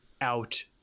out